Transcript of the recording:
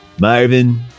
Marvin